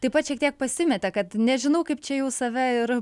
taip pat šiek tiek pasimetė kad nežinau kaip čia jau save ir